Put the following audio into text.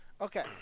Okay